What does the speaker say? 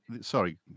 sorry